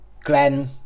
Glenn